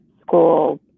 school